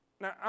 Now